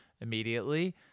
immediately